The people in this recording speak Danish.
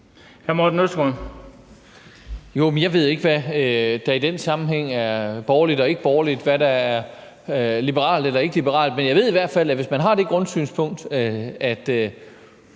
Jeg ved ikke, hvad der i den sammenhæng er borgerligt eller ikkeborgerligt, hvad der er liberalt eller ikkeliberalt. Men jeg ved i hvert fald, at hvis man har det grundsynspunkt, at